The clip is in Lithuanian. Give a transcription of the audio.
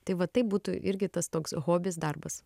tai va tai būtų irgi tas toks hobis darbas